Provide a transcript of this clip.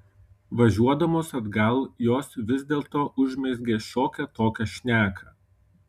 važiuodamos atgal jos vis dėlto užmezgė šiokią tokią šneką